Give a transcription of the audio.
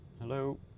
hello